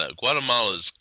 Guatemala's